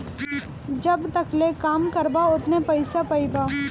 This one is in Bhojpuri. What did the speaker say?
जब तकले काम करबा ओतने पइसा पइबा